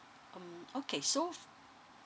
mm okay so